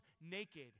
naked